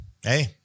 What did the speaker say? Hey